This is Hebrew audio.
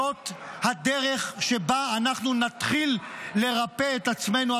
זאת הדרך שבה אנחנו נתחיל לרפא את עצמנו,